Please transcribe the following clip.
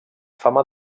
fama